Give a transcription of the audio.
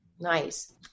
Nice